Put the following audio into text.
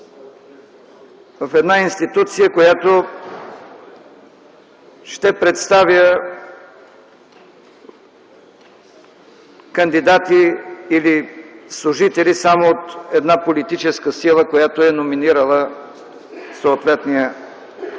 в една институция, която ще представя кандидати или служители само от една политическа сила, която е номинирала съответния